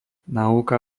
náuka